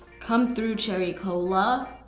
come through cherry cola.